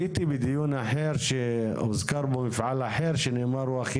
הייתי בדיון אחר בו הוזכר מפעל אחר שנאמר הוא הכי